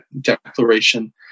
Declaration